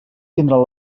tindran